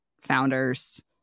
founders